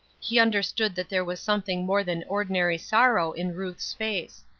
he understood that there was something more than ordinary sorrow in ruth's face.